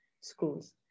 schools